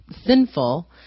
sinful